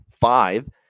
five